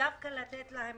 דווקא להן לתת את הסיוע.